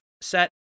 set